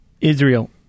Israel